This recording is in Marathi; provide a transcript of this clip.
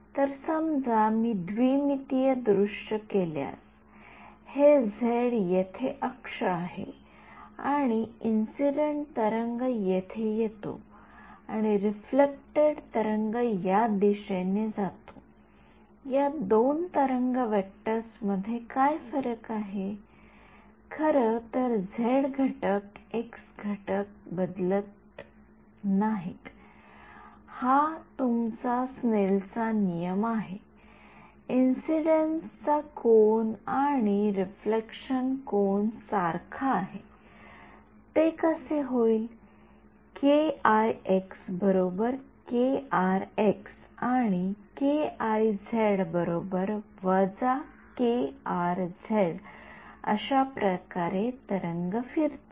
तर समजा मी द्विमितीय दृश्य घेतल्यास हे झेड येथे अक्ष आहे आणि इंसिडेंट तरंग येथे येतो आणि रिफ्लेक्टेड तरंग या दिशेने जातो या दोन तरंग वेक्टर मध्ये काय फरक आहे खरं तर झेड घटक एक्स घटक बदलत नाही हा तुमचा स्नेल चा नियम आहे इंसिडेन्स चा कोन आणि रिफ्लेक्शन कोन सारखा आहे ते कसे येईल आणि अशाप्रकारे तरंग फिरतो